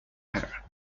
her